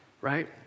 right